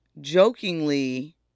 jokingly